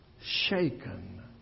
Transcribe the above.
Shaken